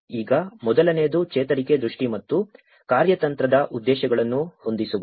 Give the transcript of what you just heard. ಈಗ ಮೊದಲನೆಯದು ಚೇತರಿಕೆ ದೃಷ್ಟಿ ಮತ್ತು ಕಾರ್ಯತಂತ್ರದ ಉದ್ದೇಶಗಳನ್ನು ಹೊಂದಿಸುವುದು